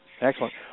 Excellent